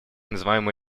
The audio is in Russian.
называемую